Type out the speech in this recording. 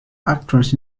actress